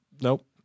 Nope